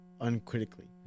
uncritically